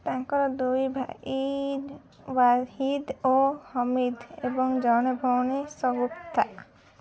ତାଙ୍କର ଦୁଇ ଭାଇ ୱାହିଦ୍ ଓ ହମିଦ୍ ଏବଂ ଜଣେ ଭଉଣୀ ସଗୁପ୍ତା